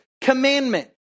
commandment